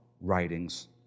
writings